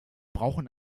brauchen